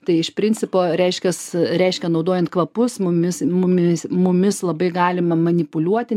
tai iš principo reiškias reiškia naudojant kvapus mumis mumis mumis labai galima manipuliuoti